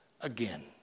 again